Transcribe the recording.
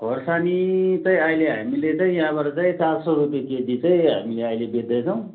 खोर्सानी चाहिँ अहिले हामीले चाहिँ यहाँबाट चाहिँ चार सौ रुपियाँ केजी चाहिँ हामीले अहिले बेच्दैछौँ